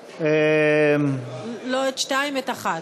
2018: 60 בעד,